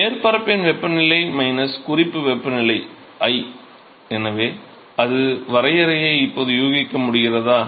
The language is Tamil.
மேற்பரப்பின் வெப்பநிலை குறிப்பு வெப்பநிலை i எனவே அதுதான் வரையறையை இப்போது யூகிக்க முடிகிறதா